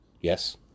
Yes